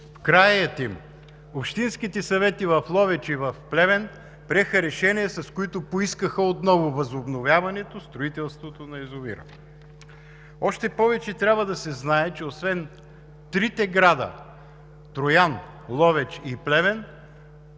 години общинските съвети в Ловеч и в Плевен приеха решения, с които поискаха отново възобновяване на строителството на язовира. Още повече трябва да се знае, че освен трите града – Троян, Ловеч и Плевен,